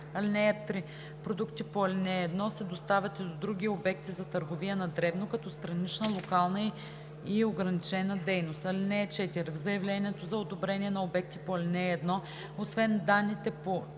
(3) Продуктите по ал. 1 се доставят и до други обекти за търговия на дребно като странична, локална и ограничена дейност. (4) В заявлението за одобрение на обекти по ал. 1, освен данните по чл. 31,